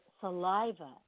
saliva